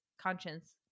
conscience